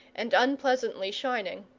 and unpleasantly shining.